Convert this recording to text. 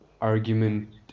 argument